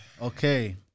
Okay